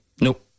Nope